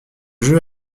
jeu